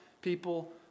people